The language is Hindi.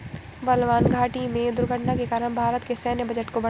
बलवान घाटी में दुर्घटना के कारण भारत के सैन्य बजट को बढ़ाया